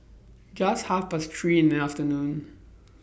Just Half Past three in The afternoon